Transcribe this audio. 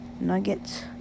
Nuggets